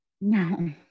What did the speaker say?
No